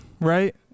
right